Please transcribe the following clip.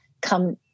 come